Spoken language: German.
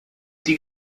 die